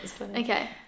Okay